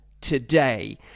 today